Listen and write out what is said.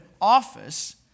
office